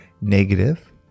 negative